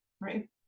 Right